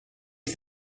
you